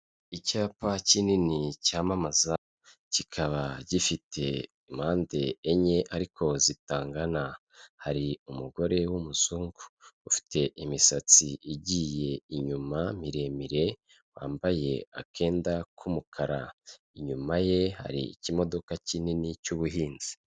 Icyapa kinini cyamamaza kikaba gifite impande enye ariko zitangana, hari umugore w'umuzungu ufite imisatsi igiye inyuma miremire wambaye akenda k'umukara, inyuma ye hari ikimodoka kinini cy'ubuhinzi.